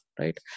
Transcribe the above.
right